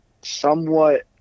somewhat